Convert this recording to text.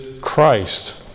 Christ